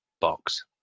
box